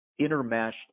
intermeshed